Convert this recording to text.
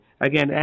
again